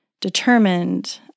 determined